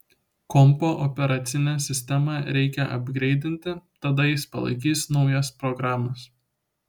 kompo operacinę sistemą reikia apgreidinti tada jis palaikys naujas programas